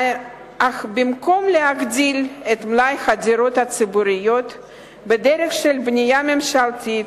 אך במקום להגדיל את מלאי הדירות הציבוריות בדרך של בנייה ממשלתית,